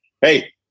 hey